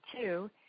two